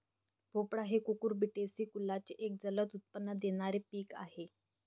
भोपळा हे कुकुरबिटेसी कुलाचे एक जलद उत्पन्न देणारे पीक आहे